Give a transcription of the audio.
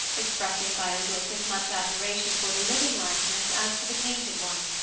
expressing by a look as much admiration for the living likeness as for the painted one.